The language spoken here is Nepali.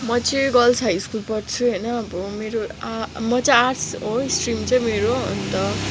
म चाहिँ गर्ल्स हाइ स्कुल पढ्छु होइन अब मेरो म चाहिँ आर्ट्स हो स्ट्रिम चाहिँ मेरो अन्त